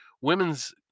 women's